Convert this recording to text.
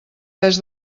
pes